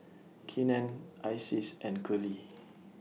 Keenen Isis and Curley